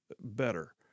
better